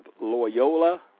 Loyola